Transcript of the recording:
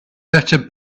better